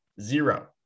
Zero